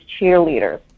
cheerleaders